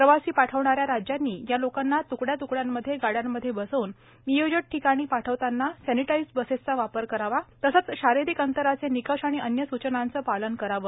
प्रवासी पाठवणाऱ्या राज्यांनी या लोकांना त्कड्या त्कड्यांमध्ये गाड्यांमध्ये बसवून नियोजित ठिकाणी पाठवताना सॅनिटाइज्ड बसेसचा वापर करावा तसेच शारीरिक अंतराचे निकष आणि अन्य सूचनांचे पालन करावे